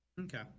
Okay